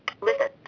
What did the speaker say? Listen